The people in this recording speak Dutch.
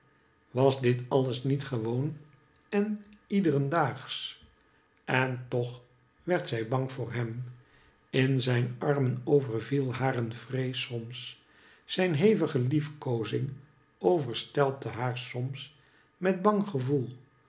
was dit niet alles gewoon en iederen daagsch en toch werd zij bang voor hem in zijn armen overviel haar een vrees soms zijn hevige liefkoozing overstelpte haar soms met bang gevoel